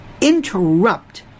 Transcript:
interrupt